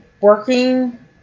working